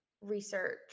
research